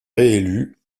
réélu